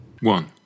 One